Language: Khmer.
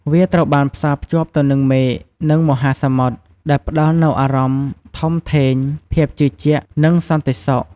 វាត្រូវបានផ្សារភ្ជាប់ទៅនឹងមេឃ និងមហាសមុទ្រ ដែលផ្តល់នូវអារម្មណ៍ធំធេង ភាពជឿជាក់ និងសន្តិសុខ។